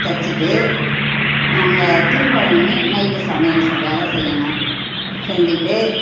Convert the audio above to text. தைச்சிட்டு நாங்கள் திரும்ப உடனே நைட்டு சமையல் வேலை செய்யணும் செஞ்சுட்டு